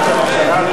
התשע"א 2011,